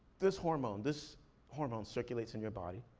this hormone, this hormone circulates in your body.